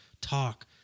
talk